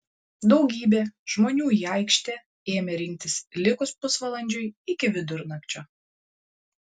daugybė žmonių į aikštę ėmė rinktis likus pusvalandžiui iki vidurnakčio